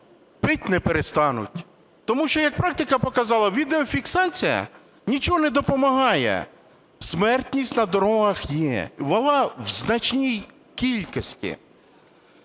пити не перестануть. Тому що, як практика показала, відеофіксація нічого не допомагає, смертність на дорогах є, вона в значній кількості.